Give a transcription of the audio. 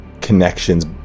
connections